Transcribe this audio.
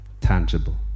tangible